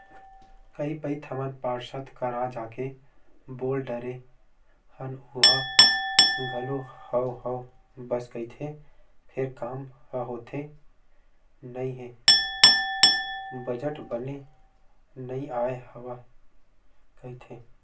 कई पइत हमन पार्षद करा जाके बोल डरे हन ओहा घलो हव हव बस कहिथे फेर काम ह होथे नइ हे बजट बने नइ आय हवय कहिथे